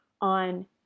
on